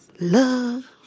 love